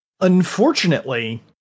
Unfortunately